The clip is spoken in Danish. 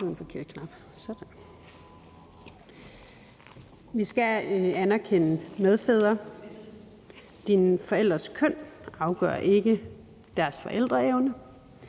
Vi skal anerkende medfædre. Dine forældres køn afgør ikke deres forældreevne,